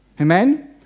Amen